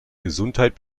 gesundheit